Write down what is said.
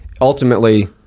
ultimately